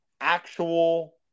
actual